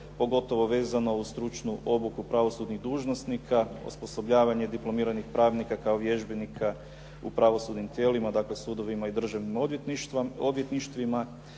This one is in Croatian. pogotovo vezano uz stručnu obuku pravosudnih dužnosnika, osposobljavanje diplomiranih pravnika kao vježbenika u pravosudnim tijelima. Dakle, sudovima i državnim odvjetništvima,